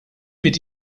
mit